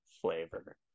flavor